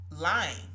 lying